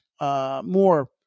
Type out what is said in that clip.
more